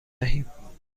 دهیم